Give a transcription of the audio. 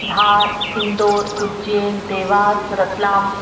Dhar Indore Ujjain Dewas Ratlam